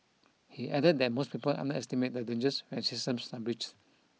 he added that most people underestimate the dangers when systems breach